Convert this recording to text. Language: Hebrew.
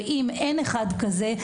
ואם אין אחד כזה,